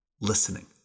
listening